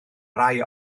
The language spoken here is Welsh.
rai